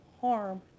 harm